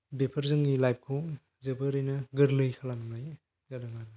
बेफोर जोंनि लाइफ खौ जोबोरैनो गोरलै खालामनाय जादों आरो